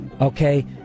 okay